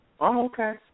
okay